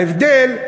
ההבדל,